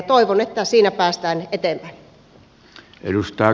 toivon että siinä päästään eteenpäin